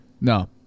No